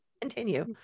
continue